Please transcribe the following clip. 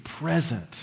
present